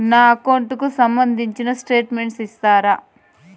నా అకౌంట్ కు సంబంధించిన స్టేట్మెంట్స్ ఇస్తారా